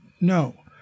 no